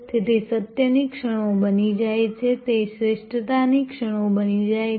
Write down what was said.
તેથી સત્યની ક્ષણો બની જાય છે તે શ્રેષ્ઠતાની ક્ષણો બની જાય છે